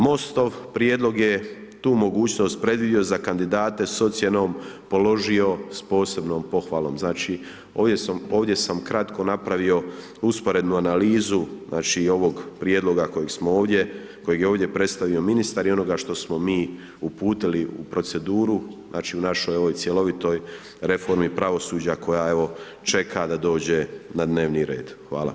MOST-ov prijedlog je tu mogućnost predvidio za kandidate s ocjenom položio s posebnom pohvalom, znači ovdje sam kratko napravio usporednu analizu znači ovog prijedloga kojeg je ovdje predstavio ministar i onoga što smo mi uputili i proceduru znači u našoj ovoj cjelovitoj reformi pravosuđa koja evo čeka da dođe na dnevni red.